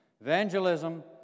Evangelism